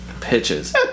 pitches